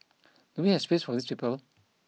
do we have space for these people